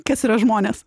kas yra žmonės